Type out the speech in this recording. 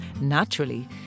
Naturally